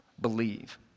believe